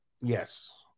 yes